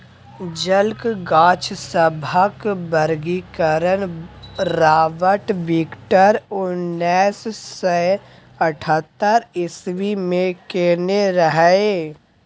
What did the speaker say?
जलक गाछ सभक वर्गीकरण राबर्ट बिटकर उन्नैस सय अठहत्तर इस्वी मे केने रहय